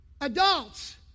Adults